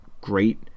great